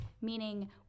Meaning